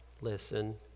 Listen